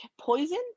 poison